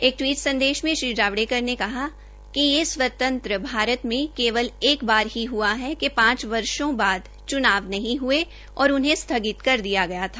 एक टिवीट संदेश में श्री जावड़ेकर ने कहा कि यह स्वतंत्र भारत में केवल एक बार ही हआ है कि पांच वर्षो बाद चुनाव नहीं हये और उनहें स्थगित कर दिया गया था